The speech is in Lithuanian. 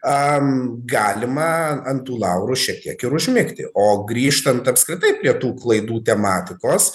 am galima ant laurų šiek tiek ir užmigti o grįžtant apskritai prie tų klaidų tematikos